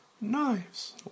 Knives